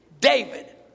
David